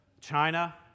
China